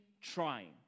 trying